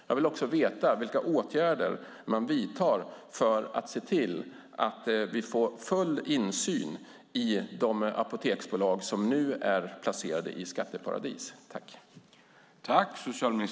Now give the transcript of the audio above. Jag vill också veta vilka åtgärder regeringen vidtar för att se till att vi får full insyn i de apoteksbolag som nu är placerade i skatteparadis.